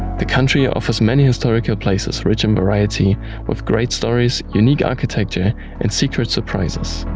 the country offers many historical places rich in variety with great stories, unique architecture and secret surprises.